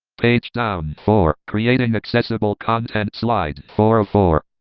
page down four, creating accessible content slide, four of four